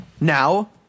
Now